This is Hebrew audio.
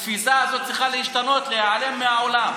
התפיסה הזאת צריכה להשתנות, להיעלם מהעולם.